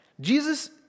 Jesus